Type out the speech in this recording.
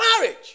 marriage